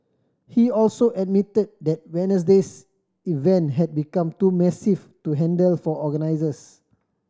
he also admitted that Wednesday's event had become too massive to handle for organisers